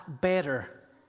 better